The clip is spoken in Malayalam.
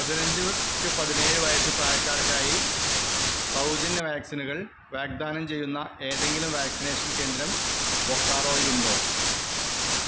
പതിനഞ്ച് ടു പതിനേഴ് വയസ്സ് പ്രായക്കാർക്കായി സൗജന്യ വാക്സിനുകൾ വാഗ്ദാനം ചെയ്യുന്ന ഏതെങ്കിലും വാക്സിനേഷൻ കേന്ദ്രം ബൊക്കാറോയിൽ ഉണ്ടോ